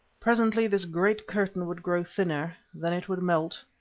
presently this great curtain would grow thinner, then it would melt,